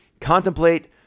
Contemplate